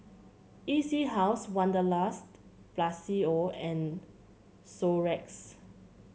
E C House Wanderlust Plus C O and Xorex